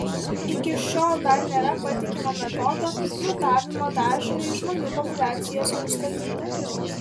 iki šiol dar nėra patikimo metodo mutavimo dažniui žmonių populiacijose nustatyti